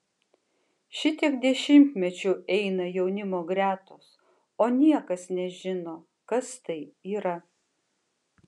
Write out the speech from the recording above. šitiek dešimtmečių eina jaunimo gretos o niekas nežino kas tai yra